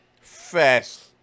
Fast